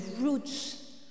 roots